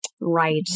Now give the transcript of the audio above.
Right